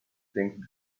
things